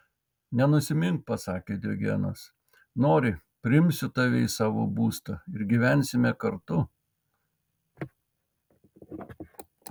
nenusimink pasakė diogenas nori priimsiu tave į savo būstą ir gyvensime kartu